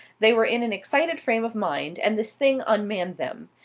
they were in an excited frame of mind, and this thing unmanned them.